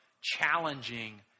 challenging